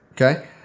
okay